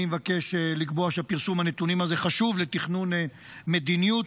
אני מבקש לקבוע שפרסום הנתונים הזה חשוב לתכנון מדיניות,